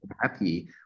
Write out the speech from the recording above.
Happy